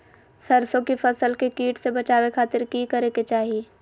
सरसों की फसल के कीट से बचावे खातिर की करे के चाही?